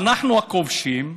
אנחנו הכובשים,